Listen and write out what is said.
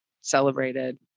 celebrated